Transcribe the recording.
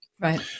Right